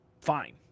fine